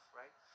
right